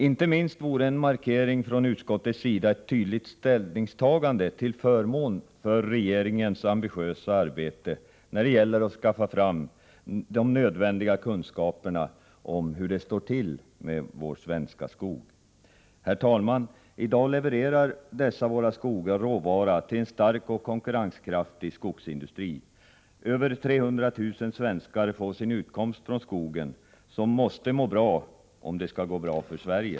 Inte minst skulle en markering från utskottets sida innebära ett tydligt ställningstagande till förmån för regeringens ambitiösa arbete när det gäller att skaffa fram de nödvändiga kunskaperna om hur det står till med våra svenska skogar. Herr talman! I dag levererar dessa våra skogar råvara till en stark och konkurrenskraftig skogsindustri. Över 300 000 svenskar får sin utkomst genom skogen, som måste må bra om det skall gå bra för Sverige.